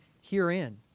herein